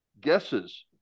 guesses